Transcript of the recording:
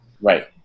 Right